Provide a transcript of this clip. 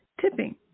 tipping